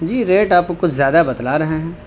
جی rate آپ کچھ زیادہ بتلا رہے ہیں